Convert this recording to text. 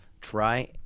try